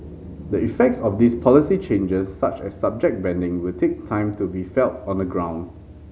the effects of these policy changes such as subject banding will take time to be felt on the ground